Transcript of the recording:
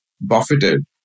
buffeted